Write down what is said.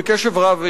בקשב רב,